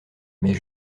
mais